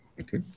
Okay